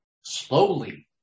slowly